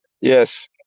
yes